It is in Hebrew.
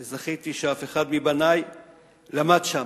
זכיתי שאף אחד מבני למד שם,